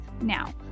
Now